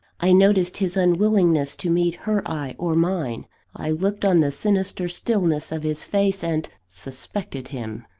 i noticed his unwillingness to meet her eye or mine i looked on the sinister stillness of his face and suspected him.